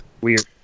Weird